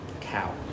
Cow